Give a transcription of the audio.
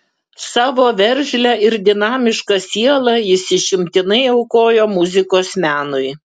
savo veržlią ir dinamišką sielą jis išimtinai aukojo muzikos menui